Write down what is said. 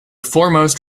foremost